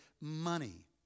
money